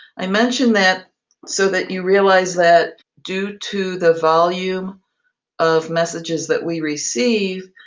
i mentioned that so that you realize that, due to the volume of messages that we receive,